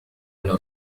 على